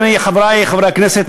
חברי חברי הכנסת,